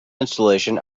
installation